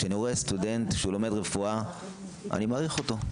כשאני רואה סטודנט שלומד רפואה אני מעריך אותו.